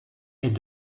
est